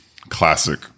classic